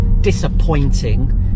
disappointing